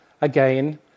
again